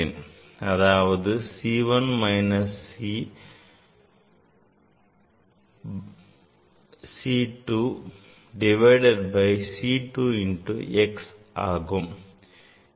அதாவது C 1 minus C 2 divided by C 2 into x ஆகும்